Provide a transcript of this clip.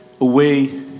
away